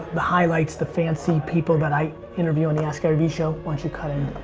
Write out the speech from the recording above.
the highlights, the fancy people that i interview on the askgaryvee show. why don't you cut in?